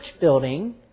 building